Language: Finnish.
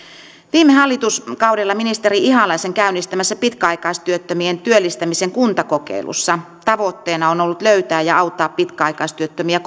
viime hallituskaudella ministeri ihalaisen käynnistämässä pitkäaikaistyöttömien työllistämisen kuntakokeilussa tavoitteena on ollut löytää ja auttaa pitkäaikaistyöttömiä